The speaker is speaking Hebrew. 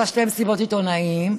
עשה שתי מסיבות עיתונאים,